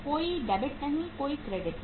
कोई डेबिट नहीं कोई क्रेडिट नहीं